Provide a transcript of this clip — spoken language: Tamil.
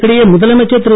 இதற்கிடையே முதலமைச்சர் திரு